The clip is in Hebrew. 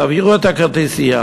תעבירו את הכרטיסייה.